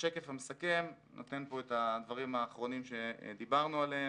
השקף המסכם נותן פה את הדברים האחרונים שדיברנו עליהם.